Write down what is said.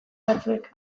batzuek